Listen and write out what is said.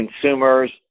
consumers